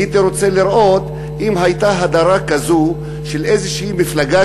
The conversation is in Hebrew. הייתי רוצה לראות אם הייתה הדרה כזו של איזושהי מפלגה